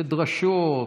דרשות,